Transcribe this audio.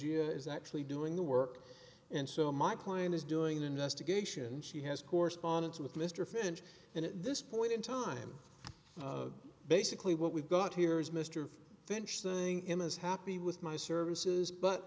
who is actually doing the work and so my client is doing an investigation and she has correspondence with mr finch and at this point in time basically what we've got here is mr finch saying im is happy with my services but